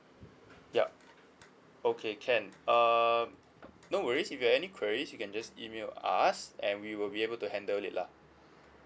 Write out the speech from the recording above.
yup okay can err no worries if you have any queries you can just email us and we will be able to handle it lah